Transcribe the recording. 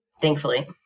thankfully